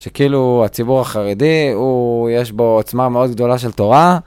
שכאילו הציבור החרדי הוא, יש בו עוצמה מאוד גדולה של תורה.